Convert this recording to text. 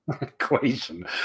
Equation